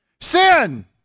Sin